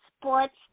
Sports